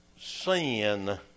sin